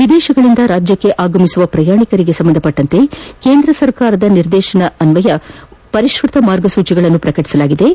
ವಿದೇಶಗಳಿಂದ ರಾಜ್ಯಕ್ಷೆ ಆಗಮಿಸುವ ಪ್ರಯಾಣಿಕರಿಗೆ ಸಂಬಂಧಿಸಿದಂತೆ ಕೇಂದ್ರ ಸರ್ಕಾರದ ನಿರ್ದೇಶನದಂತೆ ಪರಿಷ್ಟ್ರತ ಮಾರ್ಗಸೂಚಿಗಳನ್ನು ಪ್ರಕಟಸಲಾಗಿದ್ದು